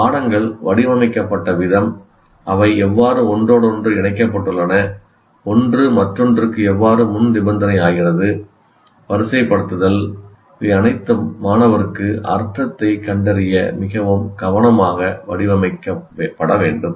பாடங்கள் வடிவமைக்கப்பட்ட விதம் அவை எவ்வாறு ஒன்றோடொன்று இணைக்கப்பட்டுள்ளன ஒன்று மற்றொன்றுக்கு எவ்வாறு முன்நிபந்தனையாகிறது வரிசைப்படுத்துதல் இவை அனைத்தும் மாணவருக்கு அர்த்தத்தைக் கண்டறிய மிகவும் கவனமாக வடிவமைக்கப்பட வேண்டும்